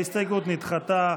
ההסתייגות נדחתה.